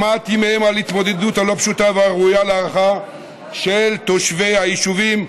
שמעתי מהם על ההתמודדות הלא-פשוטה והראויה להערכה של תושבי היישובים,